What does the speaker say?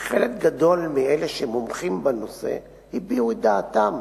כי חלק גדול מאלה שמומחים בנושא הביעו את דעתם